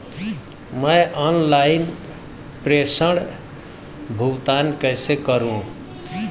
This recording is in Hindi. मैं ऑनलाइन प्रेषण भुगतान कैसे करूँ?